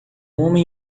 homem